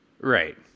Right